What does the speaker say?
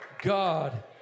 God